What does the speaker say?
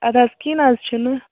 اَدٕ حظ کیٚنٛہہ نہ حظ چھُنہٕ